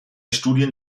studien